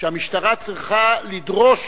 שהמשטרה צריכה לדרוש,